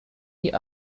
die